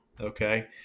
Okay